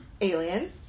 Alien